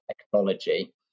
technology